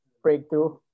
breakthrough